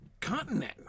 continent